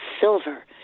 silver